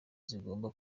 zigomba